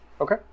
Okay